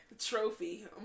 Trophy